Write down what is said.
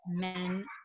men